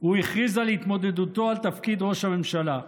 הוא הכריז על התמודדותו על תפקיד ראש הממשלה.